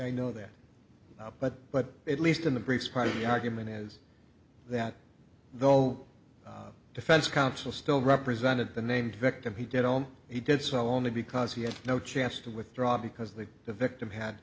i know that but but at least in the prescribed the argument is that though defense counsel still represented the name victim he did all he did so only because he had no chance to withdraw because the the victim had